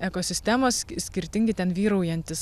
ekosistemos skirtingi ten vyraujantys